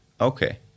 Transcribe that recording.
Okay